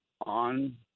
on